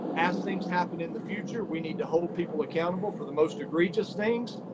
as things happen in the future, we need to hold people accountable for the most egregious things.